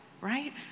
right